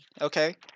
Okay